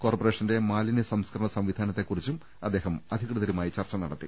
കോർപ്പറേഷന്റെ മാലിന്യ സംസ്കരണ സംവിധാനങ്ങളെക്കു റിച്ചും അദ്ദേഹം അധികൃതരുമായി ചർച്ച നടത്തി